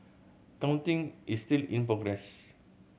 counting is still in progress